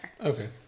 Okay